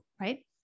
right